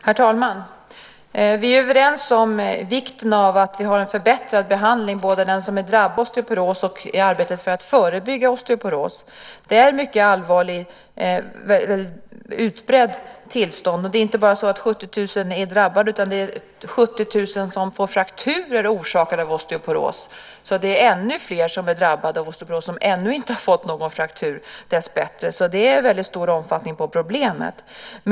Herr talman! Vi är överens om vikten av att vi har en förbättrad behandling av den som är drabbad av osteoporos och ett förbättrat arbete för att förebygga oestoporos. Det är ett väldigt utbrett tillstånd. Det är inte bara så att 70 000 är drabbade, utan det är 70 000 som får frakturer orsakade av osteoporos. Det är ännu fler som är drabbade av osteoporos men som ännu inte har fått någon fraktur, dessbättre. Problemet är alltså av väldigt stor omfattning.